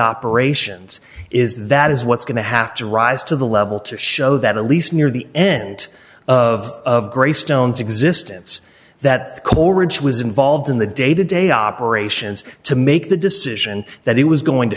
operations is that is what's going to have to rise to the level to show that at least near the end of greystones existence that coleridge was involved in the day to day operations to make the decision that he was going to